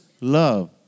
love